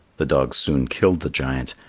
the dogs soon killed the giant,